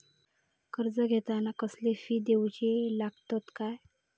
कर्ज घेताना कसले फी दिऊचे लागतत काय?